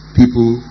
people